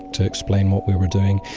to explain what we were doing.